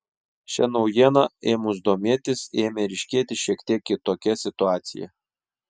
šia naujiena ėmus domėtis ėmė ryškėti šiek tiek kitokia situacija